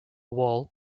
wall